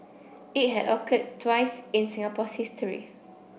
it had occurred twice in Singapore's history